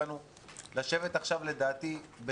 לדעתי צריך לשבת עכשיו בחדר